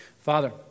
Father